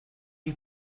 you